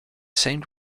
same